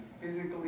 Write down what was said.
physically